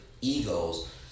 egos